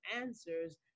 answers